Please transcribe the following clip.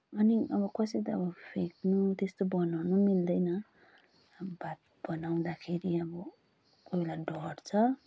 अनि अब कसै त अब फ्याँक्नु त्यस्तो बनाउनु पनि मिल्दैन अब भात बनाउँदाखेरि अब कोही बेला डढ्छ